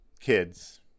Kids